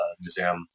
Museum